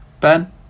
Ben